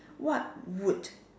what would